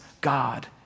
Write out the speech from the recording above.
God